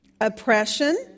Oppression